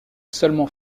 seulement